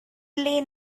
play